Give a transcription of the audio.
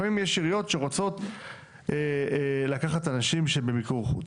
לעיתים יש עיריות שרוצות לקחת אנשים במיקור חוץ,